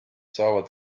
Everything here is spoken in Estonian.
saavad